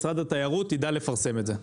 משרד התיירות יידע לפרסם את זה.